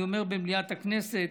אני אומר במליאת הכנסת,